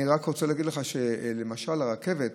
אני רק רוצה להגיד לך שלמשל על הרכבת,